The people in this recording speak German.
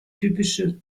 typische